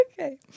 Okay